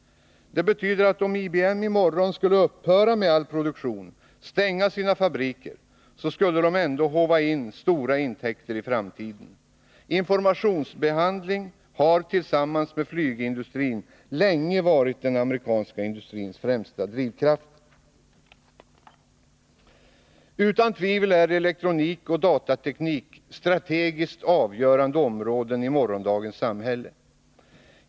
Det betyder att om IBM i morgon skulle upphöra med all produktion — stänga sina fabriker — så skulle företaget ändå håva in stora intäkter i framtiden. Informationsbehandling har tillsammans med flygindustrin länge varit den amerikanska industrins främsta drivkrafter. Utan tvivel är elektronik och datateknik strategiskt avgörande områden i morgondagens samhälle.